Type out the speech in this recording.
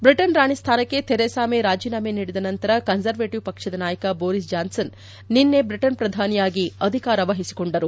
Britain ರಾಣಿ ಸ್ವಾನಕ್ಕೆ Theresa May ರಾಜೀನಾಮೆ ನೀಡಿದ ನಂತರ ಕನ್ಸರ್ವೇಟವ್ ಪಕ್ಷದ ನಾಯಕ ಬೋರಿಸ್ ಜಾನ್ಸನ್ ನಿನ್ನೆ ಬ್ರಿಟನ್ ಪ್ರಧಾನಿಯಾಗಿ ಅಧಿಕಾರ ವಹಿಸಿಕೊಂಡರು